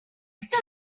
must